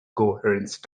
coherence